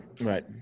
right